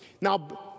Now